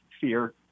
fear